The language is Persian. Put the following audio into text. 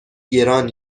گران